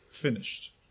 finished